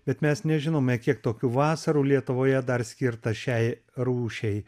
bet mes nežinome kiek tokių vasarų lietuvoje dar skirta šiai rūšiai